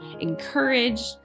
encouraged